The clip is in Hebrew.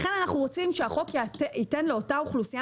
לכן אנחנו רוצים שהחוק ייתן לאותה אוכלוסייה